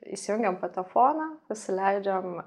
įsijungiam patefoną pasileidžiam